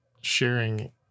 sharing